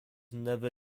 never